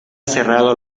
cerrado